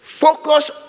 focus